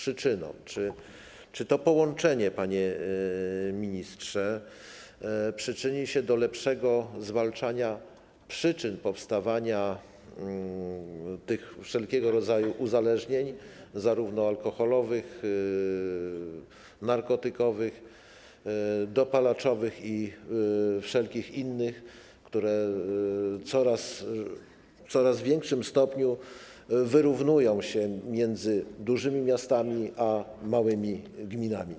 Czy to połączenie, panie ministrze, przyczyni się do lepszego zwalczania przyczyn powstawania wszelkiego rodzaju uzależnień, zarówno alkoholowych, narkotykowych, dopalaczowych, jak i wszelkich innych, które w coraz większym stopniu wyrównują się między dużymi miastami a małymi gminami?